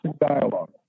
dialogue